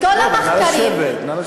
נא לשבת.